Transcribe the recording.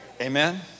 Amen